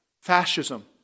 fascism